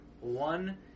one